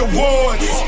Awards